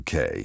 uk